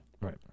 Right